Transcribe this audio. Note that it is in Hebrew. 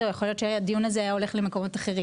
או יכול להיות שהדיון הזה היה הולך למקומות אחרים.